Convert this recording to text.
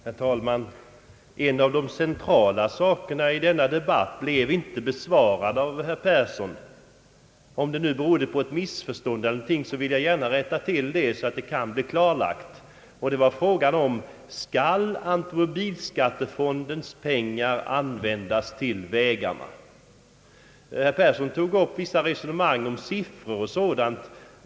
Herr talman! En av de centrala frågorna i denna debatt blev inte besvarad av herr Persson. Om detta berodde på ett missförstånd vill jag gärna ge honom tillfälle att rätta till det. Frågan gäller: Skall automobilskattemedelsfondens pengar användas till vägarna? Herr Persson tog upp vissa resonemang om siffror och dylikt.